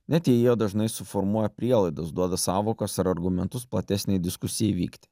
net jei jie dažnai suformuoja prielaidas duoda sąvokas ar argumentus platesnei diskusijai įvykti